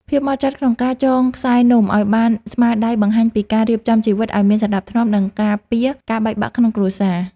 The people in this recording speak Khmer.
ភាពហ្មត់ចត់ក្នុងការចងខ្សែនំឱ្យបានស្មើដៃបង្ហាញពីការរៀបចំជីវិតឱ្យមានសណ្ដាប់ធ្នាប់ និង ការពារការបែកបាក់ក្នុងគ្រួសារ។